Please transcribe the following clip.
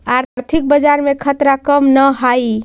आर्थिक बाजार में खतरा कम न हाई